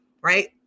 right